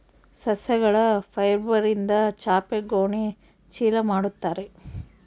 ಸಸ್ಯಗಳ ಫೈಬರ್ಯಿಂದ ಚಾಪೆ ಗೋಣಿ ಚೀಲ ಮಾಡುತ್ತಾರೆ